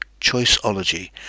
Choiceology